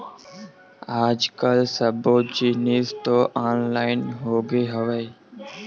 आज कल सब्बो जिनिस तो ऑनलाइन होगे हवय